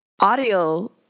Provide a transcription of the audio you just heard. audio